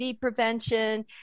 prevention